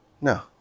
no